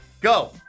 go